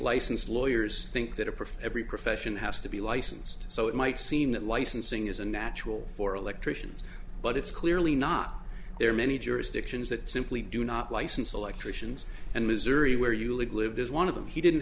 license lawyers think that a prophetic profession has to be licensed so it might seem that licensing is a natural for electricians but it's clear really not there are many jurisdictions that simply do not licensed electricians and missouri where you lived is one of them he didn't